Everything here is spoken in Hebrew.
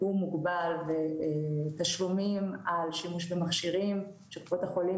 הוא מוגבל ותשלומים על שימוש במכשירים שקופות החולים